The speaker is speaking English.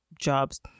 jobs